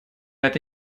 это